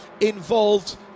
involved